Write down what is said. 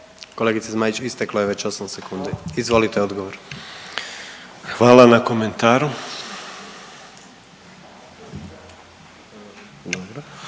Kolegice Zmaić isteklo je već 8 sekundi. Izvolite odgovor. **Piletić,